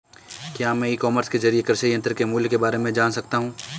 क्या मैं e commerce के ज़रिए कृषि यंत्र के मूल्य में बारे में जान सकता हूँ?